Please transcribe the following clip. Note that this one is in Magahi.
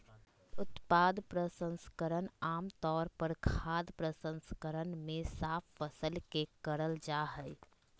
उत्पाद प्रसंस्करण आम तौर पर खाद्य प्रसंस्करण मे साफ फसल के करल जा हई